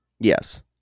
Yes